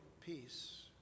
peace